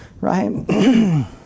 Right